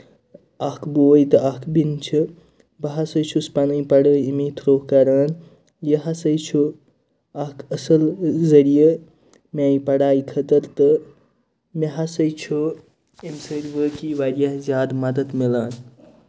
اکھ بوٚے تہٕ اکھ بیٚنہِ چھِ بہٕ ہسا چھُس پَنٕنۍ پَڑٲے اَمہِ تھرٛوٗ کران یہِ ہسا چھُ اکھ اَصٕل ذریعہِ میٛانہِ پَڑایہِ خٲطرٕ تہٕ مےٚ ہسا چھُ اَمہِ سۭتۍ وٲقعی واریاہ زیادٕ مَدتھ میلان